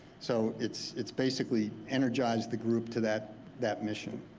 so it's it's basically energize the group to that that mission.